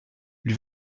lui